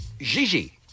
Gigi